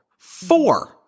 Four